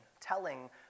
telling